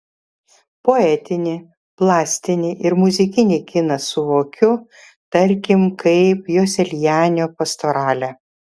poetinį plastinį ir muzikinį kiną suvokiu tarkim kaip joselianio pastoralę